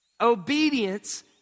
Obedience